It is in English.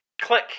click